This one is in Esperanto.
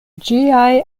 ĝiaj